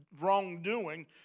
wrongdoing